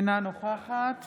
אינה נוכחת